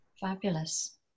Fabulous